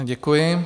Děkuji.